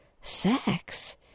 Sex